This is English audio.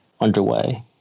underway